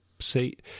Seat